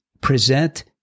present